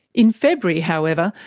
in february, however,